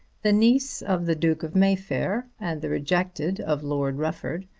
the niece of the duke of mayfair, and the rejected of lord rufford,